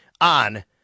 on